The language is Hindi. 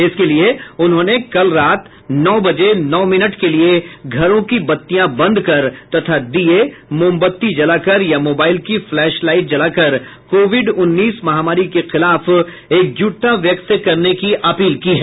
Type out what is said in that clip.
इसके लिए उन्होंने कल रात नौ बजे नौ मिनट के लिए घरों की बत्तियां बंद कर तथा दीये मोमबत्ती जलाकर या मोबाइल की फ्लैश लाइट जलाकर कोविड उन्नीस महामारी के खिलाफ एकजुटता व्यक्त करने की अपील की है